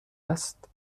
است